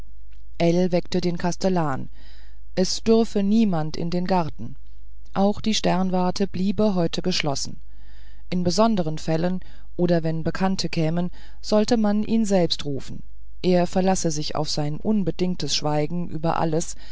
weckte den kastellan es dürfe niemand in den garten auch die sternwarte bleibe heute geschlossen in besonderen fällen oder wenn bekannte kämen solle man ihn selbst rufen er verlasse sich auf sein unbedingtes schweigen über alles